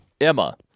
Emma